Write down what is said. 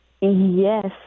Yes